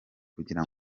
kugira